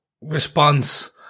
response